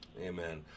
Amen